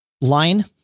line